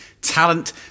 Talent